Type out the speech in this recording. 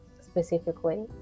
specifically